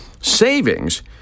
savings